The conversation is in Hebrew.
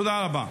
תודה רבה.